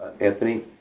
Anthony